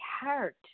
heart